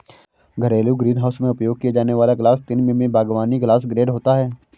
घरेलू ग्रीनहाउस में उपयोग किया जाने वाला ग्लास तीन मिमी बागवानी ग्लास ग्रेड होता है